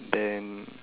then